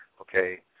Okay